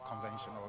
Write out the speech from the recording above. Conventional